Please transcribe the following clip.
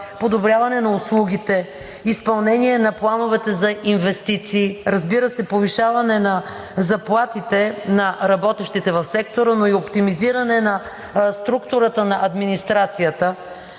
подобряване на услугите, изпълнение на плановете за инвестиции? Разбира се, повишаване на заплатите на работещите в сектора, но и на оптимизиране на структурата на администрацията?